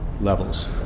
levels